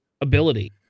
ability